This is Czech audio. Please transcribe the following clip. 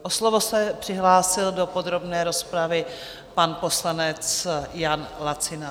O slovo se přihlásil do podrobné rozpravy pan poslanec Jan Lacina.